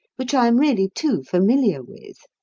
which i am really too familiar with.